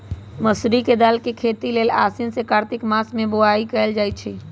मसूरी के दाल के खेती लेल आसीन से कार्तिक मास में बोआई कएल जाइ छइ